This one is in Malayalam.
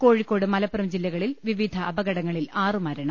കോഴിക്കോട് മലപ്പുറം ജില്ലകളിൽ വിവിധ അപകടങ്ങളിൽ ആറു മരണം